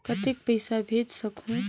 कतेक पइसा भेज सकहुं?